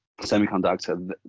semiconductor